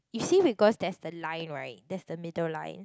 you see because there's the line right there's the middle line